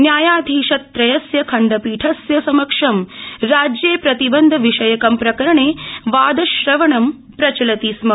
न्यायाधीश त्रयस्य खण्डाीठस्य समक्षं राज्ये प्रतिबन्ध विषयके प्रकरणे वादश्रवणं प्रचलति स्म